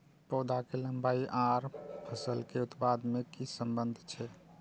पौधा के लंबाई आर फसल के उत्पादन में कि सम्बन्ध छे?